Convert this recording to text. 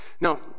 Now